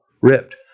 ripped